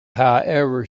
however